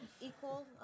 equal